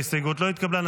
ההסתייגות לא התקבלה.